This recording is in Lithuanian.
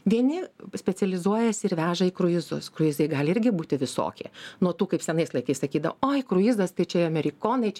vieni specializuojasi ir veža į kruizus kruizai gali irgi būti visokie nuo tų kaip senais laikais sakydavo oi kruizas tai čia amerikonai čia